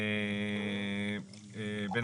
אני חייב לומר,